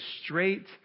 straight